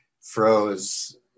froze